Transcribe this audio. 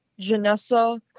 Janessa